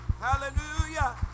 Hallelujah